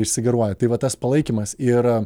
išsigaruoja tai va tas palaikymas ir